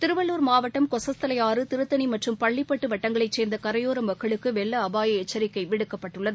திருவள்ளூர் மாவட்டம் கொசஸ்தலை ஆறு திருத்தணி மற்றும் பள்ளிப்பட்டு வட்டங்களைச் சேர்ந்த கரையோர மக்களுக்கு வெள்ள அபாய எச்சிக்கை விடுக்கப்பட்டுள்ளது